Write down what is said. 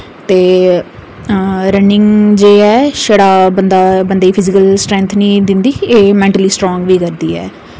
ते रनिंग जे ऐ छड़ा बंदा बंदे फिजिकल स्ट्रैंथ निं दिंदी एह् मैन्टली स्ट्रांग बी करदी ऐ